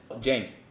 James